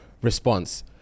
Response